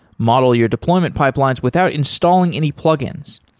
model your deployment pipelines without installing any plugins.